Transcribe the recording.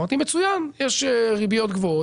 אמרתי מצוין, יש ריביות גבוהות.